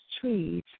trees